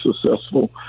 successful